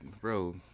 bro